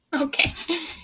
Okay